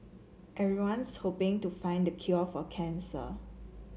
everyone's hoping to find the cure for cancer